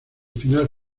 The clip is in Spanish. final